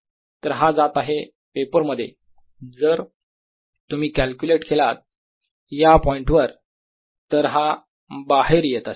तर हा जात आहे पेपर मध्ये जर तुम्ही कॅल्क्युलेट केलात या पॉईंटवर तर हा बाहेर येत असेल